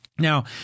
Now